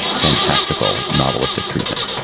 fantastical, novelistic treatment?